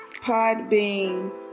Podbean